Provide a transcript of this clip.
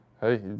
hey